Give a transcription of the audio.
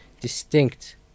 distinct